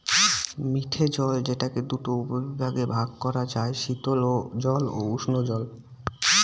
মিঠে জল যেটাকে দুটা উপবিভাগে ভাগ করা যায়, শীতল জল ও উষ্ঞজল